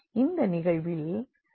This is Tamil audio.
இந்த நிகழ்வில் 5 அன்னோன்கள் உள்ளன